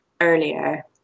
earlier